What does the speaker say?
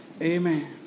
Amen